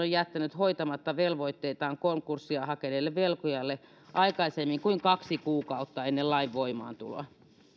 on jättänyt hoitamatta velvoitteitaan konkurssia hakeneelle velkojalle aikaisemmin kuin kaksi kuukautta ennen lain voimaantuloa